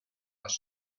les